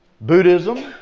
Buddhism